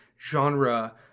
genre